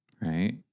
Right